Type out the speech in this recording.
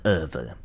över